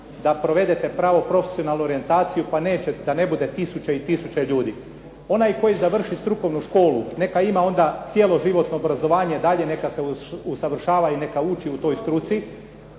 da provedete pravu profesionalnu orijentaciju da ne bude tisuće i tisuće ljudi. Onaj koji završi strukovnu školu, neka ima cjeloživotno obrazovanje, dalje neka se usavršava i neka uči u toj struci,